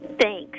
Thanks